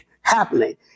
happening